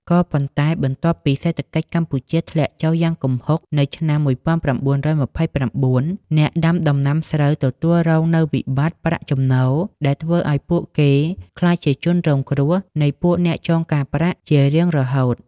ក៏ប៉ុន្តែបន្ទាប់ពី សេដ្ឋកិច្ចកម្ពុជាធ្លាក់ចុះយ៉ាងគំហុកនៅឆ្នាំ១៩២៩ អ្នកដាំដំណាំស្រូវទទួលរងនូវវិបត្តិប្រាក់ចំណូល ដែលធ្វើអោយពួកគេក្លាយជាជនរងគ្រោះនៃពួកអ្នកចងកាប្រាក់ជារៀងរហូត ។